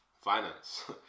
finance